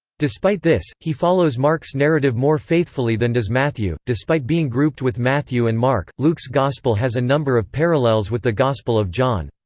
despite this, he follows mark's narrative more faithfully than does matthew despite being grouped with matthew and mark, luke's gospel has a number of parallels with the gospel of john.